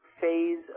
phase